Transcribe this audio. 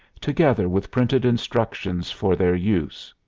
together with printed instructions for their use.